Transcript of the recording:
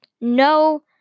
no